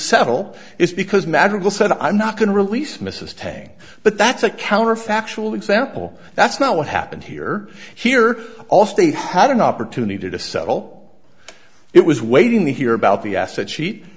settle is because magical said i'm not going to release mrs tang but that's a counterfactual example that's not what happened here here all stay hot an opportunity to settle it was waiting to hear about the asset she